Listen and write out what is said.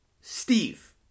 Steve